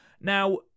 Now